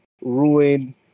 ruin